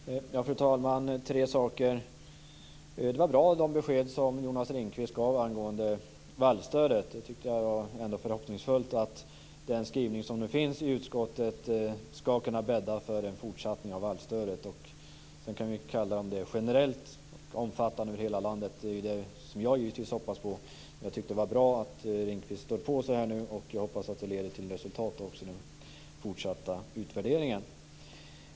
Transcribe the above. Fru talman! Jag vill ta upp tre saker. Det var bra besked som Jonas Ringqvist gav angående vallstödet. Det är förhoppningsfullt att den skrivning utskottet nu har gjort ska kunna bädda för en fortsättning av vallstödet. Sedan kan vi diskutera om det är generellt och omfattar hela landet. Det är givetvis vad jag hoppas på. Jag tycker att det var bra att Ringqvist stod på sig här, och jag hoppas att det också leder till resultat i den fortsatta utvärderingen.